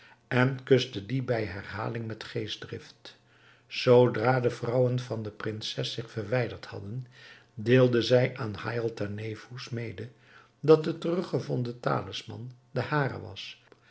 en kuste dien bij herhaling met geestdrift zoodra de vrouwen van de prinses zich verwijderd hadden deelde zij aan haïatalnefous mede dat de teruggevonden talisman de hare was